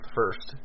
first